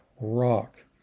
rock